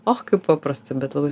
o kaip paprasta bet labai